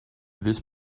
this